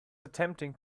attempting